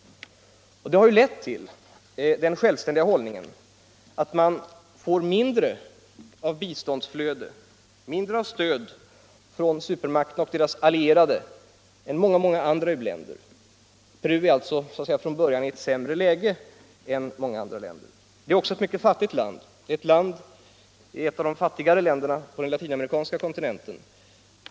Denna självständiga hållning har lett till att man får mindre stöd från supermakterna och deras allierade än många andra u-länder. Peru är från den synpunkten i ett ekonomiskt sämre läge än många andra länder. Det är också ett mycket fattigt land. Det är ett av de fattigare länderna på den latinamerikanska kontinenten.